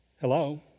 Hello